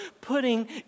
putting